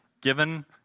given